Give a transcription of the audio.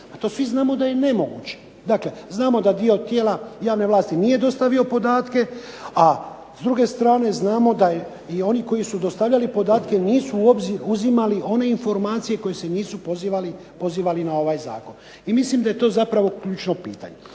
To svi znamo da je nemoguće. Znamo da dio tijela javne vlasti nije dostavio podatke a s druge strane znamo da oni koji su dostavljali podatke nisu u obzir uzimale one informacije koji se nisu pozivali na ovaj Zakon. Mislim da je to ključno pitanje.